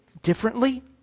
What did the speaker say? differently